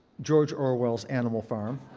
george orwell's animal farm.